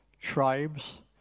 tribes